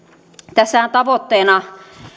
tässähän tavoitteena